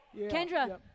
Kendra